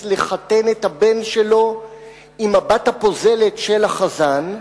לחתן את הבן שלו עם הבת הפוזלת של החזן,